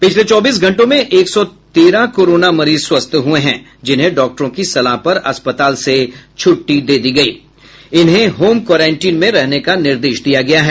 पिछले चौबीस घंटों में एक सौ तेरह कोरोना मरीज स्वस्थ हुये हैं जिन्हें डॉक्टरों की सलाह पर अस्पताल से छुट्टी दे दी और इन्हे होम क्वारेंटीन में रहने का निर्देश दिया गया है